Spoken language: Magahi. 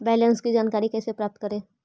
बैलेंस की जानकारी कैसे प्राप्त करे?